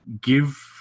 give